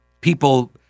people